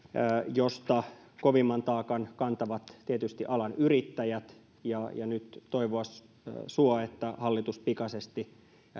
josta kovimman taakan kantavat tietysti alan yrittäjät nyt toivoa suo että hallitus pikaisesti